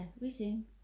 Resume